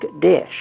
dish